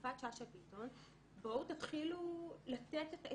יפעת שאשא ביטון, בואו תתחילו לתת את